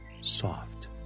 soft